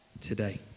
today